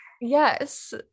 Yes